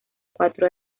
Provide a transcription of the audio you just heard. cuatro